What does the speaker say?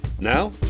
Now